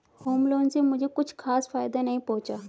home loan से मुझे कुछ खास फायदा नहीं पहुंचा